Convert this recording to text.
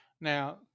Now